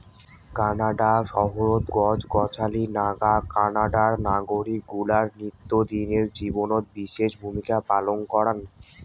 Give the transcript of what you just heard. Canada শহরত গছ গছালি নাগা কানাডার নাগরিক গুলার নিত্যদিনের জীবনত বিশেষ ভূমিকা পালন কারাং